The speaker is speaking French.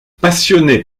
passionné